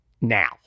now